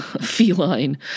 feline